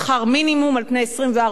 שכר מינימום על פני 24,